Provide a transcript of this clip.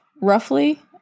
roughly